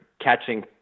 catching